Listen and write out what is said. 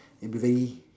it'll be very